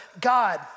God